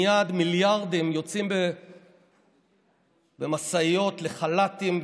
מייד מיליארדים יוצאים במשאיות לחל"תים,